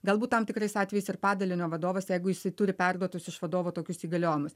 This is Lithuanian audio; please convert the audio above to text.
galbūt tam tikrais atvejais ir padalinio vadovas jeigu jisai turi perduotus iš vadovo tokius įgaliojimus